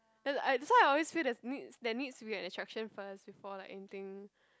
and I so I always feel there needs there needs to be an attraction first before like anything